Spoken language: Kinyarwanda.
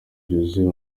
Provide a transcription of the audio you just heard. byuzuye